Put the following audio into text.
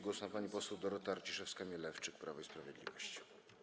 Głos ma pani poseł Dorota Arciszewska-Mielewczyk, Prawo i Sprawiedliwość.